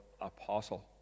apostle